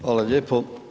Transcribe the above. Hvala lijepo.